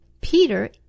Peter